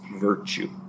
virtue